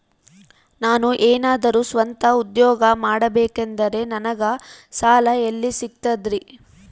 ನಾನು ಏನಾದರೂ ಸ್ವಂತ ಉದ್ಯೋಗ ಮಾಡಬೇಕಂದರೆ ನನಗ ಸಾಲ ಎಲ್ಲಿ ಸಿಗ್ತದರಿ?